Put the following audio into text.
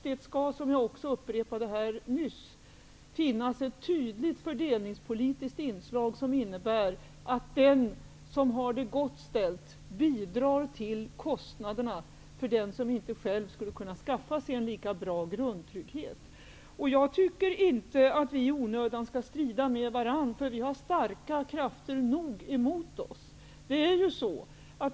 Det skall, som jag också upprepade här nyss, finnas ett tydligt fördelningspolitiskt in slag som innebär att den som har det gott ställt bi drar till kostnaderna för den som inte själv skulle kunna skaffa sig en lika bra grundtrygghet. Jag tycker inte att vi i onödan skall strida med varandra, för vi har tillräckligt starka krafter emot oss.